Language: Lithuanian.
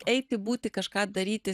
eiti būti kažką daryti